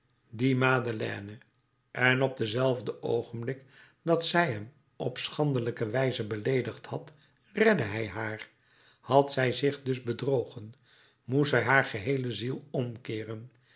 dien madeleine en op denzelfden oogenblik dat zij hem op schandelijke wijze beleedigd had redde hij haar had zij zich dus bedrogen moest zij haar geheele ziel omkeeren